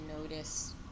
notice